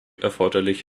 erforderlich